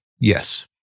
yes